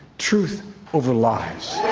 truth over lies.